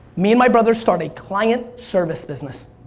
me and my brother start a client service business.